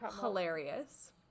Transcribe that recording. hilarious